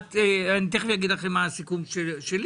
אני תכף אומר לכם מה הסיכום שלי.